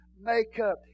makeup